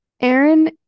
Aaron